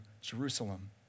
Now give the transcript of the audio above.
Jerusalem